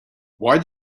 why